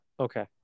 Okay